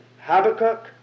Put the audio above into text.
Habakkuk